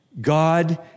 God